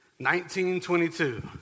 1922